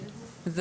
זה